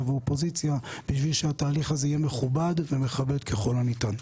ואופוזיציה בשביל שהתהליך הזה יהיה מכובד ומכבד ככל הניתן.